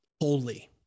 holy